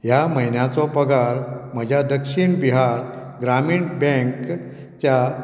ह्या म्हयन्याचो पगार म्हज्या दक्षिण बिहार ग्रामीण बँकच्या